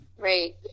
right